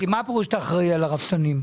מה פירוש שאתה אחראי על הרפתנים?